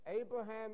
Abraham